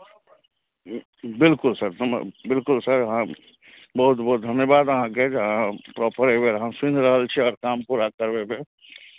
बिलकुल सर हम आब बिलकुल सर अहाँ बहुत बहुत धन्यवाद अहाँके जे अहाँ प्रॉपर एहि बेर अहाँ सुनि रहल छी आओर काम पूरा करवेबै